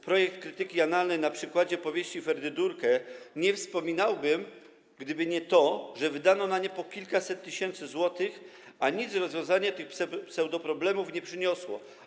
Projekt krytyki analnej na przykładzie powieści 'Ferdydurke'”, nie wspominałbym, gdyby nie to, że wydano na nie po kilkaset tysięcy złotych, a nic rozwiązanie tych pseudoproblemów nie przyniosło.